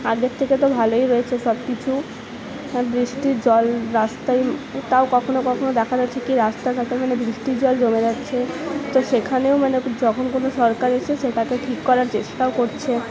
আগের থেকে তো ভালোই হয়েছে সবকিছু বৃষ্টির জল রাস্তায় তাও কখনও কখনও দেখা যাচ্ছে কি রাস্তাঘাটে মানে বৃষ্টির জল জমে যাচ্ছে তো সেখানেও মানে যখন কোনো সরকার এসে সেটাকে ঠিক করার চেষ্টাও করছে